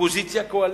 אופוזיציה קואליציה,